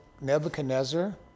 Nebuchadnezzar